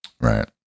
Right